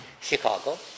Chicago